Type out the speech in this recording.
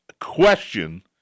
question